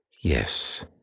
Yes